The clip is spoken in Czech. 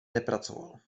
nepracoval